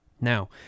Now